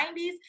90s